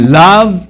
love